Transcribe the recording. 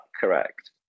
correct